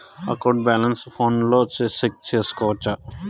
account balance ఫోనులో check సేసుకోవచ్చా